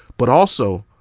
but also,